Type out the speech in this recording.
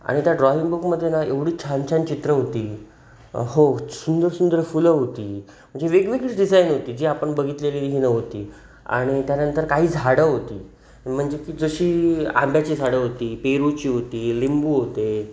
आणि त्या ड्रॉइंग बुकमध्ये ना एवढी छान छान चित्र होती हो सुंदर सुंदर फुलं होती म्हणजे वेगवेगळीच डिझाईन होती जी आपण बघितलेलीही नव्हती आणि त्यानंतर काही झाडं होती म्हणजे की जशी आंब्याची झाडं होती पेरूची होती लिंबू होते